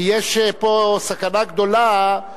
כי יש פה סכנה גדולה,